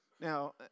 Now